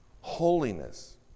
holiness